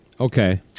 okay